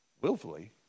willfully